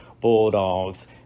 Bulldogs